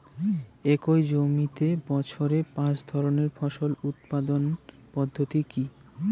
একই জমিতে বছরে পাঁচ ধরনের ফসল উৎপাদন পদ্ধতি কী?